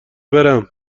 برم